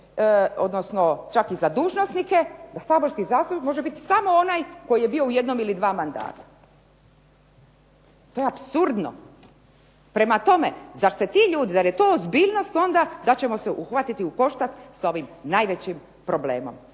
odnosno čak i za dužnosnike, saborski zastupnik može biti samo onaj koji je bio u jednom ili dva mandata. To je apsurdno. Prema tome, zar je to ozbiljnost onda da ćemo se uhvatiti u koštac sa ovim najvećim problemom.